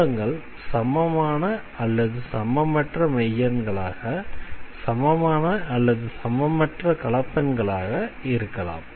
மூலங்கள் சமமான அல்லது சமமற்ற மெய்யெண்களாக சமமான அல்லது சமமற்ற கலப்பெண்களாக இருக்கலாம்